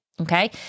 Okay